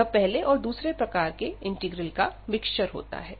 यह पहले और दूसरे प्रकार के इंटीग्रल का मिक्सचर होता है